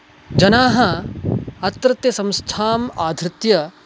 जनाः अत्रत्यसंस्थाम् आधृत्य